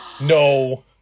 No